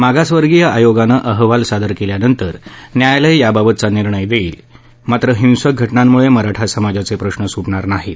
मागासवर्गीय आयोगानं अहवाल सादर केल्यानंतर न्यायालय याबाबतचा निर्णय देईल मात्र हिंसक घटनांमुळे मराठा समाजाचे प्रश्न सुटणार नाहीत